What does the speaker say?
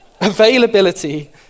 availability